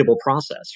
process